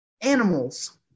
animals